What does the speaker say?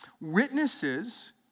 witnesses